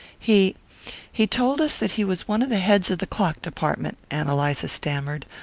he he told us that he was one of the heads of the clock-department, ann eliza stammered,